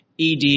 ED